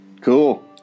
Cool